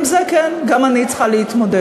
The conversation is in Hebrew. עם זה, כן, גם אני צריכה להתמודד.